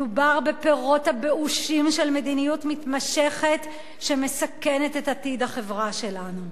מדובר בפירות הבאושים של מדיניות מתמשכת שמסכנת את עתיד החברה שלנו.